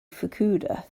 fukuda